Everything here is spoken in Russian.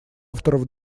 авторов